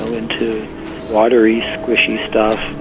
into watery squishy stuff.